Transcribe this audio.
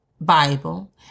Bible